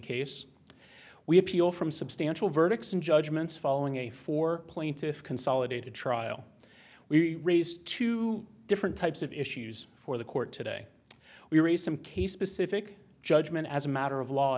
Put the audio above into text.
case we appeal from substantial verdicts and judgments following a four plaintiffs consolidated trial we raise two different types of issues for the court today we rescind case specific judgment as a matter of law